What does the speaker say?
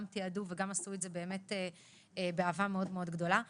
גם תיעדו וגם עשו את זה באהבה גדולה מאוד.